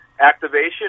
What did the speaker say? activation